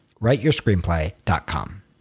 writeyourscreenplay.com